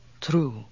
true